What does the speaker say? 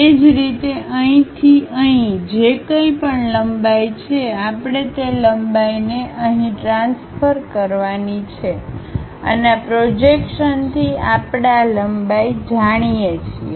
એ જ રીતે અહીંથી અહીં જે કંઈપણ લંબાઈ છે આપણે તે લંબાઈ ને અહીં ટ્રાન્સફર કરવાની છે અને આ પ્રોજેક્શનથી આપણે આ લંબાઈ જાણીએ છીએ